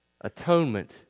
Atonement